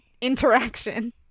interaction